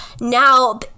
now